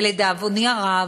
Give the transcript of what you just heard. ולדאבוני הרב,